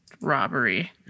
robbery